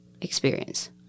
experience